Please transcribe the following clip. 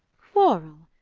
quarrel?